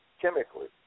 chemically